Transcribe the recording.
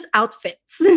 outfits